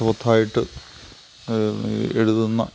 അർത്ഥവത്തായിട്ട് എഴുതുന്ന